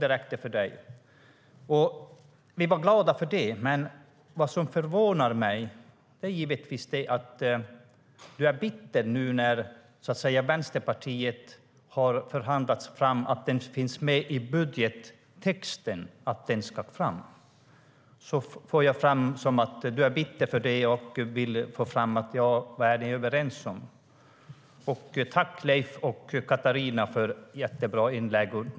Det räckte för henne. Tack, Leif Pettersson och Katarina Köhler, för jättebra inlägg!